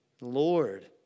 Lord